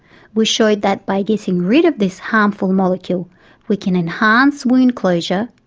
we showed that by getting rid of this harmful molecule we can enhance wound closure.